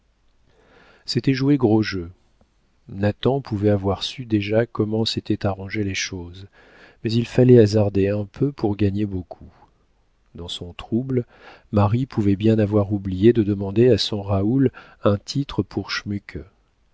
jouer gros jeu nathan pouvait avoir su déjà comment s'étaient arrangées les choses mais il fallait hasarder un peu pour gagner beaucoup dans son trouble marie pouvait bien avoir oublié de demander à son raoul un titre pour schmuke